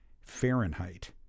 Fahrenheit